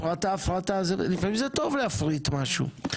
הפרטה, הפרטה, לפעמים זה טוב להפריט משהו.